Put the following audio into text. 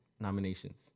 nominations